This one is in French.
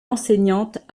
enseignante